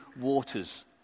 waters